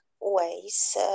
ways